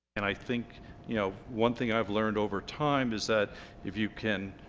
and i think you know one thing i've learned over time is that if you can